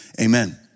amen